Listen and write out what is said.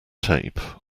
tape